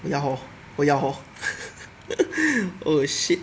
oh ya hor oh ya hor oh shit